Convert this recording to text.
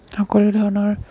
সকলো ধৰণৰ